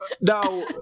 Now